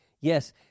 Yes